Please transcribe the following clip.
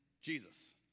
Jesus